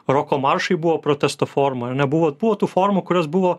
roko maršai buvo protesto forma nebuvo buvo tų formų kurios buvo